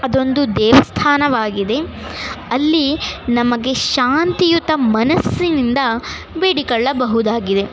ಅದೊಂದು ದೇವಸ್ಥಾನವಾಗಿದೆ ಅಲ್ಲಿ ನಮಗೆ ಶಾಂತಿಯುತ ಮನಸ್ಸಿನಿಂದ ಬೇಡಿಕೊಳ್ಳಬಹುದಾಗಿದೆ